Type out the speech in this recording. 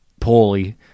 poorly